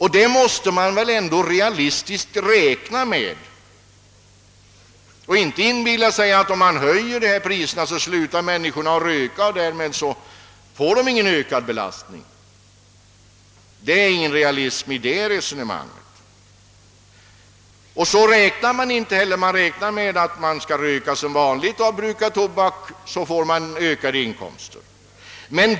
Man måste väl ändå realistiskt räkna med att tobakskonsumenterna inte kommer att sluta röka enbart därför att priserna höjs och därmed undandra sig den ökade belastningen. Det ligger ingen realism i ett sådant resonemang. Man räknar ju också med att tobakskonsumenterna kommer att röka som vanligt och att statsinkomsterna därför skall öka.